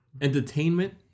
entertainment